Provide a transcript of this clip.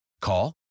Call